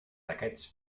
d’aquests